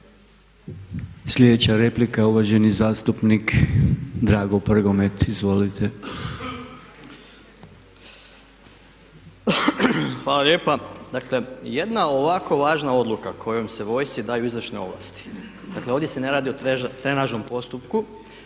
Sljedeća replika je uvaženi zastupnik Drago Prgomet. Izvolite. **Prgomet, Drago (HRID)** Hvala lijepa. Dakle jedna ovako važna odluka kojom se vojsci daju izvršne ovlasti, dakle ovdje se ne radi o trenažnom postupku.